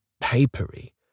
papery